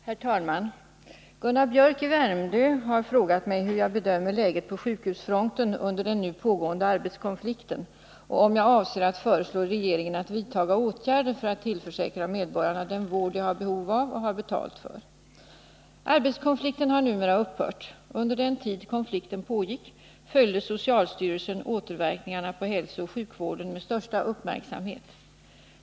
Herr talman! Gunnar Biörck i Värmdö har frågat mig hur jag bedömer läget på sjukhusfronten under den nu pågående arbetskonflikten och om jag avser att föreslå regeringen att vidtaga åtgärder för att tillförsäkra medborgarna den vård de har behov av och har betalt för. Arbetskonflikten har numera upphört. Under den tid konflikten pågick följde socialstyrelsen återverkningarna på hälsooch sjukvården med största uppmärksamhet.